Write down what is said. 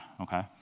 okay